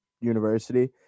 university